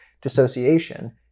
dissociation